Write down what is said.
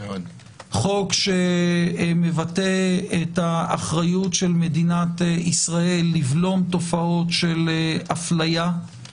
חוק שמבטא את האחריות של מדינת ישראל לבלום תופעות של הפליה,